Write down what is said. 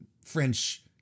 French